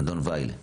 -- אדון וייל,